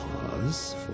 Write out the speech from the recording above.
Pause